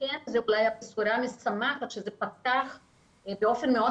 זו אולי הבשורה המשמחת פתח באופן מאוד